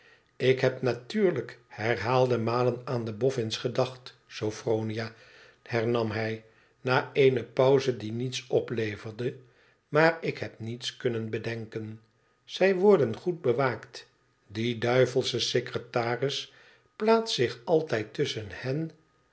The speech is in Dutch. ik heb natuurlijk herhaalde malen aan de boffins gedacht sophronia hernam hij na eene pauze die niets opleverde maar ik heb niets kunnen bedenken zij worden goed bewaakt die duivelsche secretaris plaatst zich altijd tusschen hen